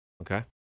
Okay